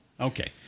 Okay